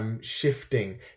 Shifting